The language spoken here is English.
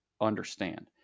understand